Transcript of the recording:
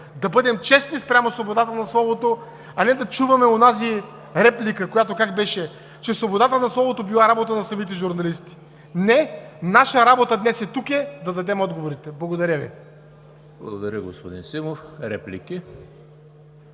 да бъдем честни спрямо свободата на словото, а не да чуваме онази реплика, която, как беше, че свободата на словото била работа на самите журналисти?! Не! Наша работа днес и тук е да дадем отговорите. Благодаря Ви. ПРЕДСЕДАТЕЛ ЕМИЛ ХРИСТОВ: Благодаря Ви, господин Симов. Реплики?